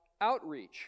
outreach